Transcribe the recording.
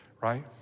right